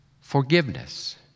forgiveness